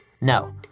No